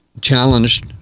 challenged